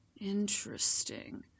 Interesting